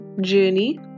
journey